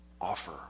offer